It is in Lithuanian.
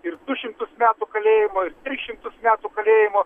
ir du šimtus metų kalėjimo ir tris šimtus metų kalėjimo